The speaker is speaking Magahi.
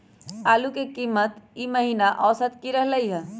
आलू के कीमत ई महिना औसत की रहलई ह?